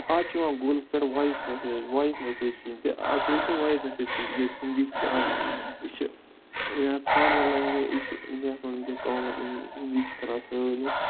آز چھِ یِوان گوٗگلَس پٮ۪ٹھ وایِس میسیج وایِس میسیج کِہیٖنۍ تہِ آ تُہۍ ٲسِو وایِس مٮ۪سیج کِہیٖنۍ تِکیازِ ہِندی چھِ آز یہِ چھِ یا فارمَر لینگویج یہِ چھِ اِنڈیاہَس منٛز وٕنکیٚن کامَن ہِندی چھِ کَران سٲلِم